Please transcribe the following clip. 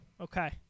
Okay